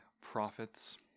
prophets